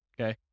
okay